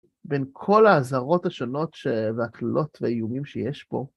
בין כל האזהרות השונות, והקללות והאיומים שיש פה.